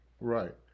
Right